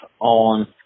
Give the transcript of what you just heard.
on